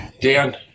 Dan